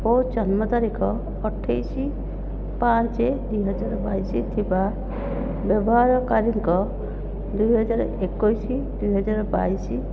ଓ ଜନ୍ମ ତାରିଖ ଅଠେଇଶି ପାଞ୍ଚ ଦୁଇ ହଜାର ବାଇଶି ଥିବା ବ୍ୟବହାରକାରୀଙ୍କ ଦୁଇ ହଜାର ଏକୋଇଶି ଦୁଇ ହଜାର ବାଇଶି